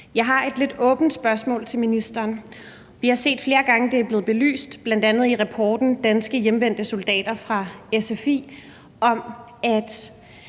Jeg har et lidt åbent spørgsmål til ministeren. Vi har set flere gange, at det er blevet belyst, bl.a. i rapporten »Danske hjemvendte soldater« fra SFI, at